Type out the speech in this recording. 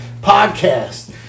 podcast